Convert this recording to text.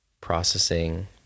processing